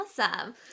Awesome